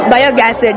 Biogas